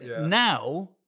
now